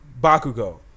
Bakugo